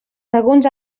alguns